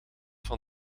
van